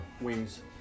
wings